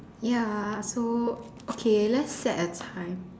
ya so okay let's set a time